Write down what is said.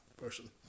person